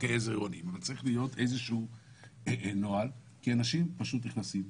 צריך להיות איזה שהוא נוהל כי אנשים נכנסים.